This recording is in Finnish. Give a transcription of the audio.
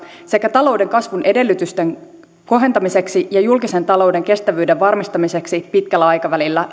sekä talouden kasvun edellytysten kohentamiseksi ja julkisen talouden kestävyyden varmistamiseksi pitkällä aikavälillä